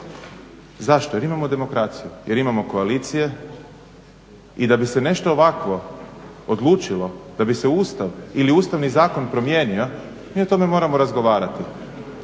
Zašto? Jer imamo demokraciju, jer imamo koalicije i da bi se nešto ovakvo odlučilo, da bi se Ustav ili Ustavni zakon promijenio, mi o tome moramo razgovarati.